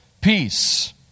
peace